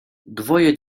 dwoje